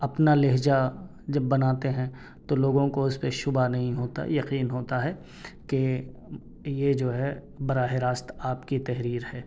اپنا لہجہ جب بناتے ہیں تو لوگوں کو اس پہ شعبہ نہیں ہوتا یقین ہوتا ہے کہ یہ جو ہے براہ راست آپ کی تحریر ہے